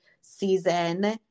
season